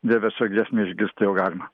vieversio giesmę išgirsti jau galima